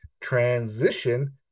transition